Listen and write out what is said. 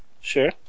Sure